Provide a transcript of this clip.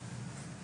הצעה.